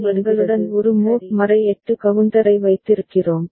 எனவே நாங்கள் எங்களுடன் ஒரு மோட் 8 கவுண்டரை வைத்திருக்கிறோம்